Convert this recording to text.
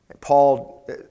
Paul